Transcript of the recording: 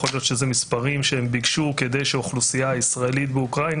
יכול להיות שזה מספרים שהם ביקשו כדי שהאוכלוסייה הישראלית באוקראינה,